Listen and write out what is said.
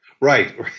Right